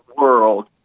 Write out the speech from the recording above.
world